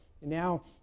now